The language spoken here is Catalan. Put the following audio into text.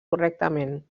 correctament